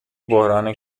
بحران